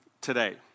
Today